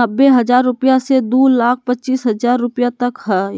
नब्बे हजार रुपया से दू लाख पचीस हजार रुपया तक हइ